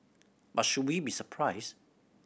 but should we be surprised